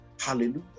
Hallelujah